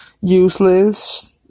useless